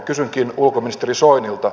kysynkin ulkoministeri soinilta